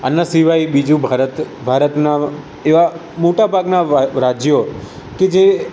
આના સિવાય બીજું ભારત ભારતનાં એવાં મોટા ભાગનાં રાજ્યો કે જે